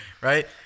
right